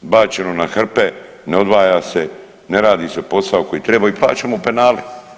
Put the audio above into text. bačeno na hrpe, ne odvaja se, ne radi se posao koji treba i plaćamo penale.